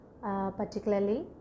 particularly